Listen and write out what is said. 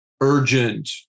urgent